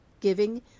Giving